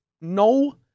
no